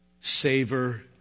savor